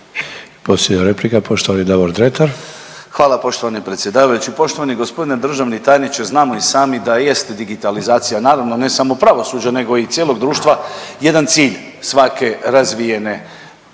Hvala poštovani predsjedavajući. Poštovani gospodine državni tajniče znamo i sami da jest digitalizacija, naravno ne samo pravosuđa nego i cijelog društva jedan cilj svake razvije